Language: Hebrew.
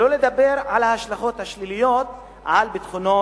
שלא לדבר על ההשלכות השליליות על ביטחונו